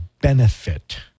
benefit